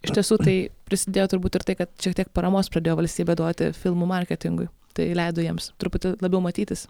iš tiesų tai prisidėjo turbūt ir tai kad šiek tiek paramos pradėjo valstybė duoti filmų marketingui tai leido jiems truputį labiau matytis